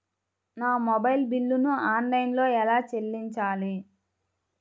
నా మొబైల్ బిల్లును ఆన్లైన్లో ఎలా చెల్లించాలి?